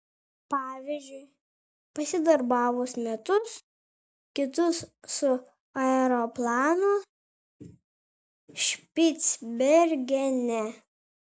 pavyzdžiui pasidarbavus metus kitus su aeroplanu špicbergene